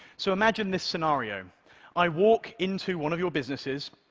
so imagine this scenario i walk into one of your businesses,